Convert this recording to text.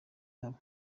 yabo